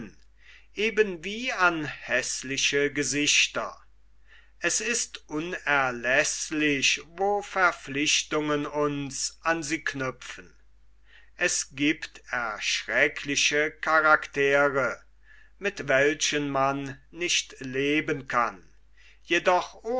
eben wie an häßliche gesichter es ist unerläßlich wo verpflichtungen uns an sie knüpfen es giebt erschreckliche karaktere mit welchen man nicht leben kann jedoch